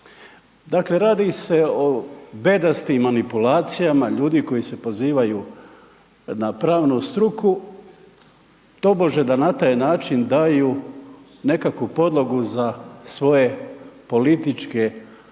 Dakle radi se o bedastim manipulacijama ljudi koji se pozivaju na pravnu struku tobože da na taj način daju nekakvu podlogu za svoje političke